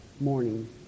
morning